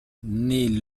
naît